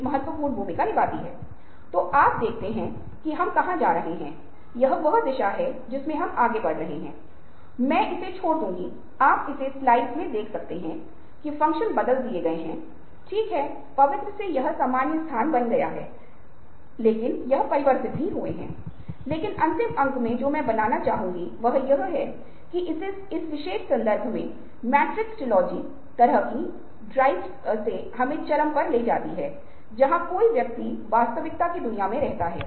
एक महत्वपूर्ण अंक यह है कि महत्वपूर्ण विचारक और समस्या समाधानकर्ता जानकारी के रिसीवर नहीं हैं लेकिन वे समस्याओं को हल करने के लिए जानकारी के उपयोगकर्ता हैं